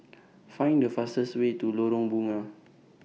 Find The fastest Way to Lorong Bunga